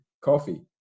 coffee